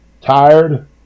tired